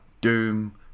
doom